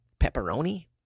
Pepperoni